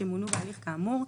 שימונו בהליך כאמור.